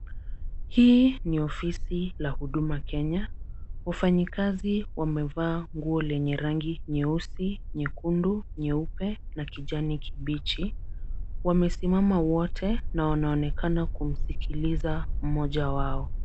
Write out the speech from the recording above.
Hii ni ofisi la Huduma Kenya. Wafanyikazi wamevaa nguo lenye rangi nyeusi, nyekundu, nyeupe na kijani kibichi. Wamesimama wote na wanaonekana kumsikiliza mmoja wao.